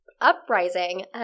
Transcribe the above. uprising